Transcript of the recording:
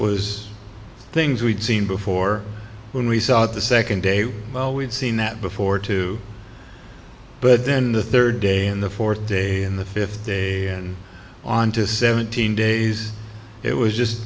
was things we'd seen before when we saw it the second day well we've seen that before too but then the third day in the fourth day in the fifth day and on to seventeen days it was just